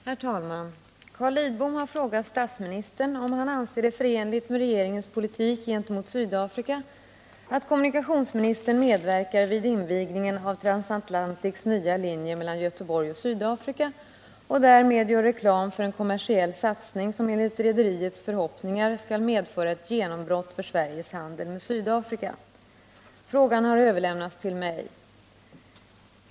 Herr talman! Carl Lidbom har frågat statsministern om han anser det förenligt med regeringens politik gentemot Sydafrika att kommunikationsministern medverkar vid invigningen av Transatlantics nya linje mellan Göteborg och Sydafrika och därmed gör reklam för en kommersiell satsning som enligt rederiets förhoppningar skall medföra ett genombrott för Sveriges handel med Sydafrika. Frågan har överlämnats till mig.